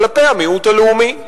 כלפי המיעוט הלאומי.